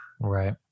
Right